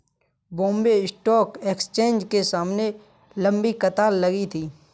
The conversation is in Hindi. बॉम्बे स्टॉक एक्सचेंज के सामने लंबी कतार लगी थी